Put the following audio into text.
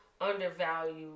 undervalued